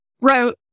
wrote